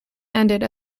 ended